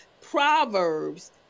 Proverbs